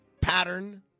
pattern